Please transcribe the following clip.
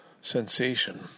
sensation